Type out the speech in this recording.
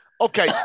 Okay